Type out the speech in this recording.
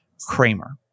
Kramer